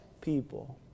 people